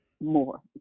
more